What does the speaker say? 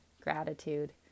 gratitude